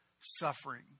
suffering